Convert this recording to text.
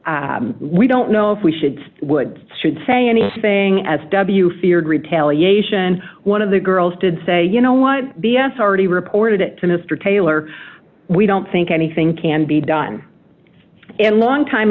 we don't know if we should would should say anything as w feared retaliation one of the girls did say you know what b s already reported it to mr taylor we don't think anything can be done and longtime